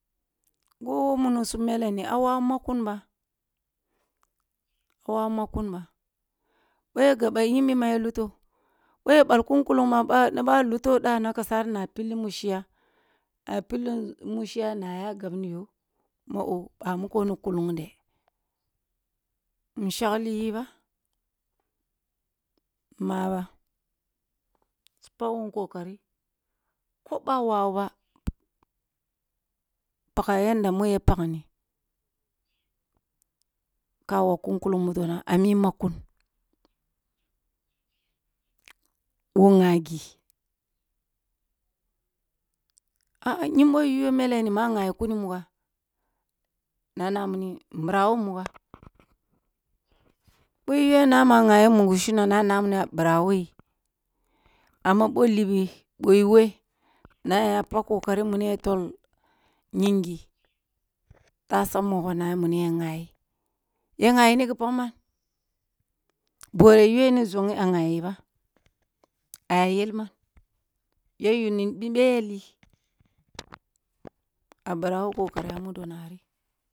Woh munisum mele ni a wawu makkum ba, a wawu makkum ba. Boh ya gab ba nyimbi na ya luto, boh ya bal kunkullung ma bwa na bwa a luto da na kasari na pilli mushiga, na a ya gabniyo ma oh ba muko ni kullung de. In shagli yi ba, maba. Su pag wun kokari, ko bwa wawu ba paga yanda ya pagni, ka wogh ma yanda ya pagni ka wogh ka kun kullung mudo na a mi makkun, woh nyagi nyimbo yuwa mele ni ma nghabi kuni mugws na na mini in bira woh mugwa, boh i yuwa ma na ma wa nghabi mugu shindong na namini a bira woh yi, amma boh libi boh i wey na aya pak kokari, muni ya tôl nyinsi tasa mogho na muni ya nghayi, ya nghayi ni gi pak man? Bora i yuwe ni zongi a nghayi, ba aya yel man? Ya yuni ni beh ya ûi a bira woh kokari, a mundonari.